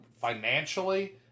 financially